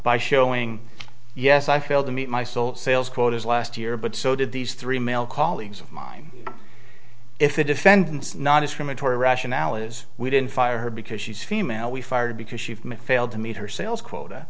by showing yes i failed to meet my soul sales quotas last year but so did these three male colleagues of mine if the defendant's nondiscriminatory rationale is we didn't fire her because she's female we fired because she failed to meet her sales quota